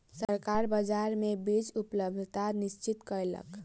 सरकार बाजार मे बीज उपलब्धता निश्चित कयलक